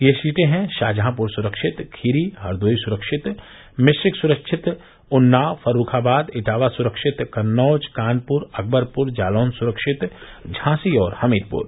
ये सीटे हैं शाहजहांपुर सुरक्षित खीरी हरदोई सुरक्षित मिश्रिख सुरक्षित उन्नाव फर्रुखाबाद इटावा सुरक्षित कन्नौज कानपुर अकबरपुर जालौन सुरक्षित झांसी और हमीरपुर